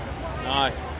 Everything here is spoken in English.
Nice